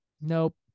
Nope